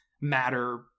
matter